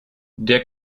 der